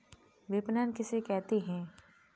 विपणन किसे कहते हैं?